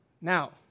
Now